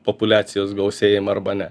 populiacijos gausėjimą arba ne